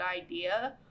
idea